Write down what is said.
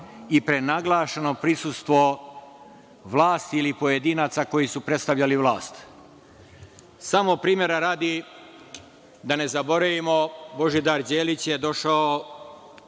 i prenaglašeno prisustvo vlasti ili pojedinaca koji su predstavljali vlast. Samo, primera radi, da ne zaboravimo, Božidar Đelić je došao